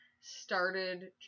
started